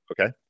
Okay